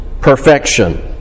perfection